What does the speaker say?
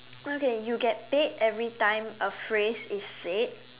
okay you get paid every time a phrase is said